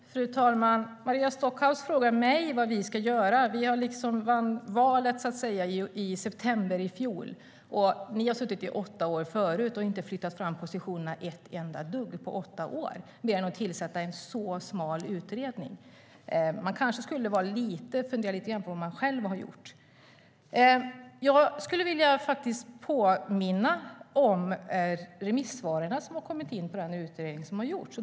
Fru talman! Maria Stockhaus frågar mig vad vi ska göra. Vi vann valet i september i fjol. Ni satt i regeringen i åtta år innan dess, Maria Stockhaus, och har inte flyttat fram positionerna ett enda dugg på åtta år, mer än att tillsätta en väldigt smal utredning. Ni kanske skulle fundera lite grann på vad ni själva har gjort. Jag skulle vilja påminna om remissvaren som har kommit in på den utredning som har gjorts.